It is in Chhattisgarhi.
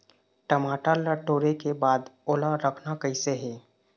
टमाटर ला टोरे के बाद ओला रखना कइसे हे?